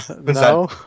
no